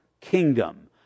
kingdom